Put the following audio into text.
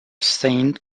saint